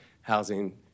housing